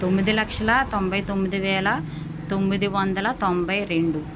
తొమ్మిది లక్షల తొంభై తొమ్మిది వేల తొమ్మిది వందల తొంభై రెండు